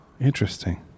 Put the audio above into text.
Interesting